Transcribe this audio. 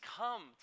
come